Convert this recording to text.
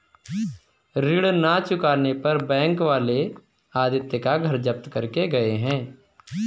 ऋण ना चुकाने पर बैंक वाले आदित्य का घर जब्त करके गए हैं